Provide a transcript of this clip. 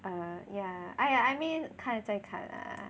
err yeah I I mean 看再看 lah